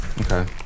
Okay